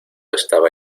estaba